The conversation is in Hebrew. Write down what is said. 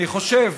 אני חושב